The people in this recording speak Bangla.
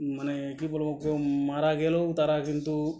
মানে কি বলব কেউ মারা গেলেও তারা কিন্তু